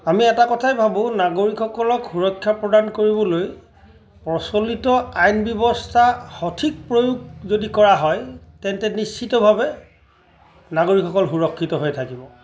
আমি এটা কথাই ভাবোঁ নাগৰিকসকলক সুৰক্ষা প্ৰদান কৰিবলৈ প্ৰচলিত আইন ব্যৱস্থা সঠিক প্ৰয়োগ যদি কৰা হয় তেন্তে নিশ্চিতভাৱে নাগৰিকসকল সুৰক্ষিত হৈ থাকিব